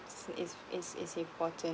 it's it's it's it's important